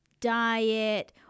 diet